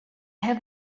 have